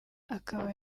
akaba